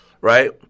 right